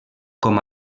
com